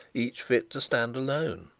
each fit to stand alone.